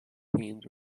routines